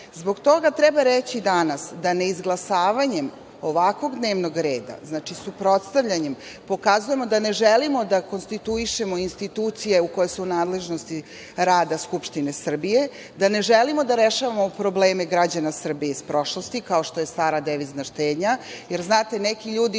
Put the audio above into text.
toga treba reći danas da ne izglasavanjem ovakvog dnevnog reda, znači suprotstavljanjem, pokazujemo da ne želimo da konstituišemo institucije koje su u nadležnosti rada Skupštine Srbije, da ne želimo da rešavamo probleme građana Srbije iz prošlosti, kao što je stara devizna štednja. Znate, neki ljudi